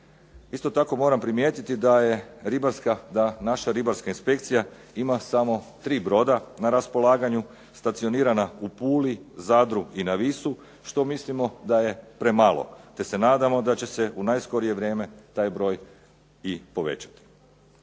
Isto tako moramo primijetiti da je ribarska, da naša ribarska inspekcija ima samo tri broda na raspolaganju, stacionirana u Puli, Zadru i na Visu što mislimo da je premalo, te se nadamo da će se u najskorije vrijeme taj broj i povećati.